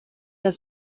das